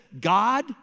God